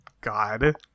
God